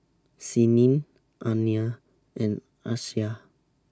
Senin Aina and Aisyah